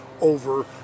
over